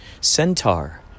Centaur